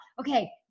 okay